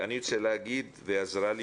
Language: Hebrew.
אני רוצה להגיד, ועזרה לי